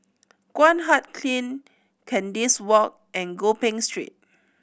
Guan Huat Kiln Kandis Walk and Gopeng Street